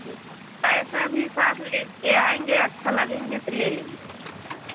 पैसा भी साथ ले कर आएँगे अच्छा लगेंगे तो ले लेंगे